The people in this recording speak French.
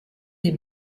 des